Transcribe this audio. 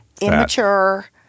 Immature